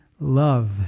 love